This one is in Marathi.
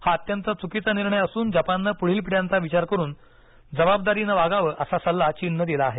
हा अत्यंत चकीचा निर्णय असून जपाननं पुढील पिढ्यांचा विचार करून जबाबदारीनं वागावं असा सल्ला चीननं दिला आहे